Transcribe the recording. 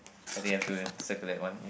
I think I've to circle that one